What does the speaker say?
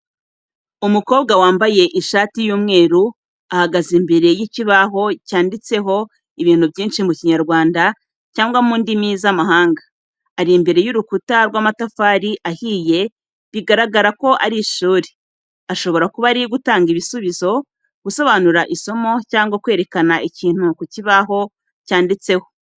Umukobwa wambaye ishati y'umweru ahagaze imbere y'ikibaho cyanditseho ibintu byinshi mu Kinyarwanda cyangwa mu ndimi z'amahanga. Ari imbere y'urukuta rw'amatafari ahiye biragaragara ko ari mu ishuri, ashobora kuba ari gutanga igisubizo, gusobanura isomo cyangwa kwerekana ikintu ku kibaho cyanditseho.